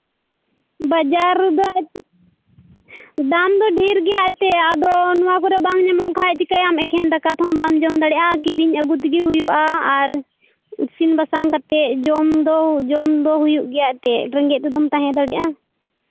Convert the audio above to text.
ᱵᱟᱡᱟᱨ ᱨᱮᱫᱚ ᱫᱟᱢ ᱫᱚ ᱰᱷᱮᱹᱨ ᱜᱮᱭᱟ ᱮᱱᱛᱮᱫ ᱟᱫᱚ ᱱᱚᱣᱟ ᱠᱚᱨᱮᱫ ᱵᱟᱝ ᱧᱟᱢᱚᱜ ᱠᱷᱟᱱ ᱪᱤᱠᱟᱹᱭᱟᱢ ᱮᱠᱮᱱ ᱫᱟᱠᱟ ᱛᱮᱦᱚᱸ ᱵᱟᱢ ᱡᱚᱢ ᱫᱟᱲᱮᱭᱟᱜᱼᱟ ᱠᱤᱨᱤᱧ ᱟᱹᱜᱩ ᱛᱮᱜᱮ ᱦᱩᱭᱩᱜᱼᱟ ᱟᱨ ᱤᱥᱤᱱ ᱵᱟᱥᱟᱝ ᱠᱟᱛᱮᱫ ᱡᱚᱢ ᱫᱚ ᱡᱚᱢ ᱫᱚ ᱦᱩᱭᱩᱜ ᱜᱮᱭᱟ ᱮᱱᱛᱮᱫ ᱨᱮᱸᱜᱮᱡ ᱛᱮᱫᱚᱢ ᱛᱟᱦᱮᱸ ᱫᱟᱲᱮᱭᱟᱜᱼᱟ